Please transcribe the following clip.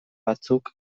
batzuk